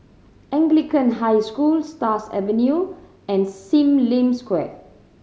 Anglican High School Stars Avenue and Sim Lim Square